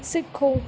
ਸਿੱਖੋ